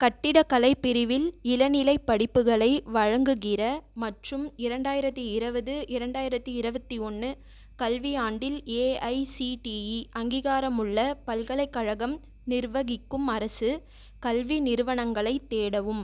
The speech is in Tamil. கட்டிடக்கலை பிரிவில் இளநிலைப் படிப்புகளை வழங்குகிற மற்றும் இரண்டாயிரத்து இருபது இரண்டாயிரத்து இருபத்தியொன்று கல்வியாண்டில் ஏஐசிடிஇ அங்கீகாரமுள்ள பல்கலைக்கழகம் நிர்வகிக்கும் அரசு கல்வி நிறுவனங்களைத் தேடவும்